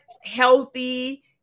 healthy